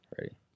Ready